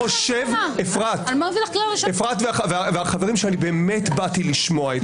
אפרת והחברים, אני באמת באתי לשמוע אתכם.